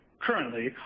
currently